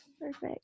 Perfect